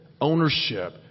Ownership